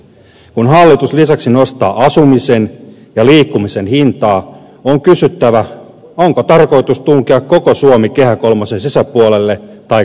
kun hallitus lisäksi nostaa asumisen ja liikkumisen hintaa on kysyttävä onko tarkoitus tunkea koko suomi kehä kolmosen sisäpuolelle tai kasvukeskuksiin